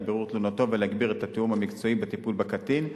בירור תלונתו ולהגביר את התיאום המקצועי בטיפול בקטין.